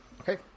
Okay